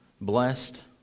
blessed